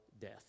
death